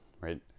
right